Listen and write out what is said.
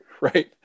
right